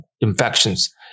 infections